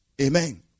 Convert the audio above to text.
Amen